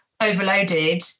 overloaded